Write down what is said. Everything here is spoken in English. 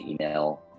email